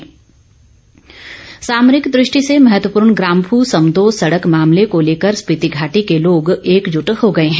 ग्राम्फू सड़क सामरिक दृष्टि से महत्वपूर्ण ग्राम्फू समदो सड़क मामले को लेकर स्पिति घाटी के लोग एकजुट हो गए हैं